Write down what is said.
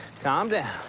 calm down.